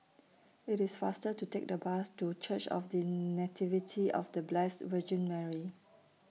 IT IS faster to Take The Bus to Church of The Nativity of The Blessed Virgin Mary